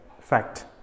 fact